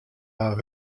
har